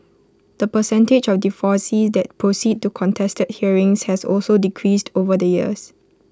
the percentage of divorces that proceed to contested hearings has also decreased over the years